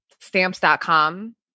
stamps.com